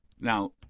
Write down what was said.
Now